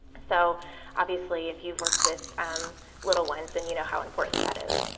so obviously, if you've worked with um little ones, then you know how important that is.